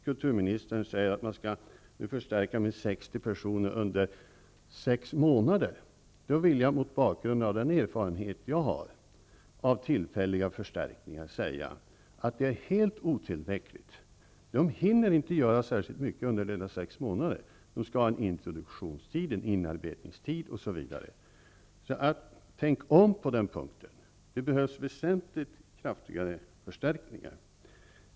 Kulturministern säger att det skall ske en förstärkning med 60 personer under sex månader. Mot bakgrund av den erfarenhet jag har av tillfälliga förstärkningar vill jag säga att detta är helt otillräckligt. Dessa personer hinner inte göra särskilt mycket under de sex månaderna. De skall ha en introduktionstid, en inarbetningstid osv. Tänk om på den punkten! Det behövs väsentligt kraftigare förstärkningar.